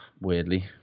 weirdly